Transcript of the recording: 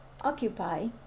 Occupy